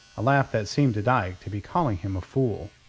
a laugh that seemed to dyke to be calling him a fool.